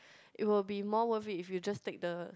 it will be more worth it if you just take the